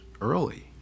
early